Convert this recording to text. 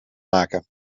maken